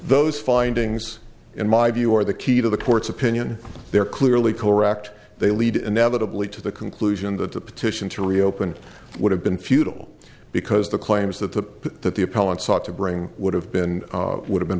those findings in my view are the key to the court's opinion they're clearly correct they lead inevitably to the conclusion that the petition to reopen would have been futile because the claims that the that the appellant sought to bring would have been would have been